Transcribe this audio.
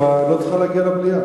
נוספת.